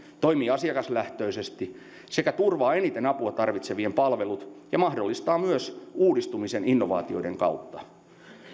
toimii asiakaslähtöisesti sekä turvaa eniten apua tarvitsevien palvelut ja mahdollistaa myös uudistumisen innovaatioiden kautta